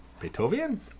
Beethoven